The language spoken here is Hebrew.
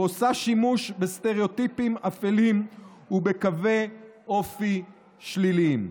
ועושה שימוש בסטראוטיפים אפלים ובקווי אופי שליליים.